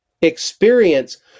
experience